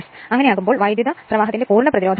അങ്ങനെ കൂടുമ്പോൾ വൈദ്യുതപ്രവത്തിന്റെ പൂർണ പ്രതിരോധം 3